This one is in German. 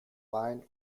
wein